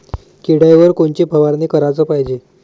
किड्याइवर कोनची फवारनी कराच पायजे?